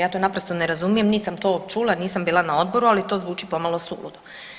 Ja to naprosto ne razumijem, nisam to čula, bila sam na odboru ali to zvuči pomalo suludo.